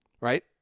Right